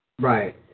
Right